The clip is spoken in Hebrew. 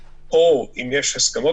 או אם יש עניינים של ילדים או הסכמות